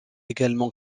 également